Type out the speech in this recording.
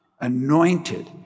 anointed